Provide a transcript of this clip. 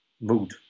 mood